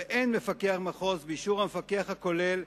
ובאין מפקח מחוז, באישור המפקח הכולל,